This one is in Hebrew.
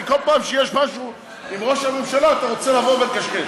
כי כל פעם שיש משהו עם ראש הממשלה אתה רוצה לבוא ולקשקש.